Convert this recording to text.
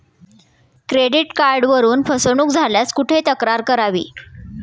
Credit कार्डवरून फसवणूक झाल्यास कुठे तक्रार करावी?